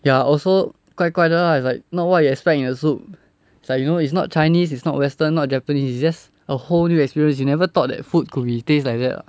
ya also 怪怪的 lah it's like not what you expect the soup it's like you know it's not chinese is not western or japanese it's just a whole new experience you never thought that food could be taste like that lah